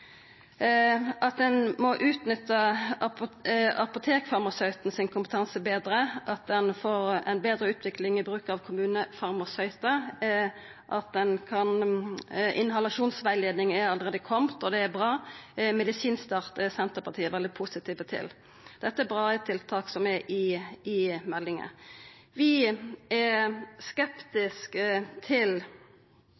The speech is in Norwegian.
at ein må utnytta kompetansen til apotekfarmasøyten betre, og at ein får ei betre utvikling i bruken av kommunefarmasøytar. Det er allereie kome ei inhalasjonsrettleiing, og det er bra, og prosjektet Medisinstart er Senterpartiet veldig positiv til. Dette er bra tiltak som er nemnde i meldinga. Vi er